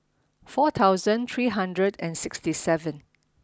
four thousand three hundred and sixty seven